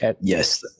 Yes